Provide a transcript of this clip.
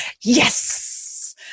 Yes